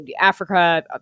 Africa